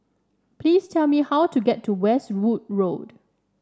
please tell me how to get to Westwood Road